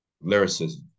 Lyricism